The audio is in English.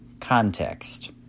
context